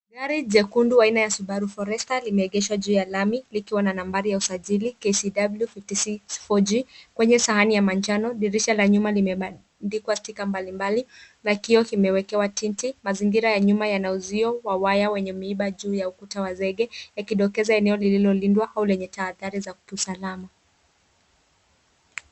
Gari jekundu aina ya Subaru Forester limeegeshwa juu ya lami likiwa na nambari ya usajili KCW 564G kwenye sahani ya manjano. Dirisha la nyuma limebandikwa stika mbalimbali na kioo kimewekewa tinti. Mazingira ya nyuma yana uzio wa waya wenye miiba juu ya ukuta wa zege yakidokeza eneo lililolindwa au lenye tahadhari za kiusalama.